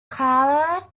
called